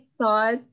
thought